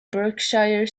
berkshire